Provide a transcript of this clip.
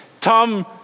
Tom